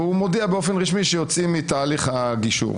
והוא מודיע באופן רשמי שיוצאים מתהליך הגישור.